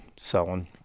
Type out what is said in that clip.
selling